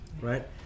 right